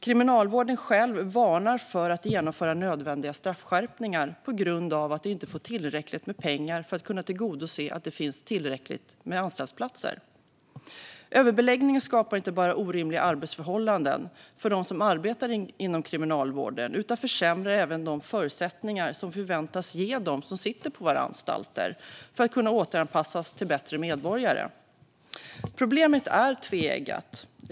Kriminalvården själv varnar för att genomföra nödvändiga straffskärpningar på grund av att de inte får tillräckligt med pengar för att kunna tillgodose att det finns tillräckligt med anstaltsplatser. Överbeläggningen skapar inte bara orimliga arbetsförhållanden för dem som arbetar inom kriminalvården, utan den försämrar även de förutsättningar som vi förväntas ge dem som sitter på våra anstalter att återanpassas till att bli bättre medborgare. Problemet är tveeggat.